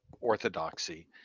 orthodoxy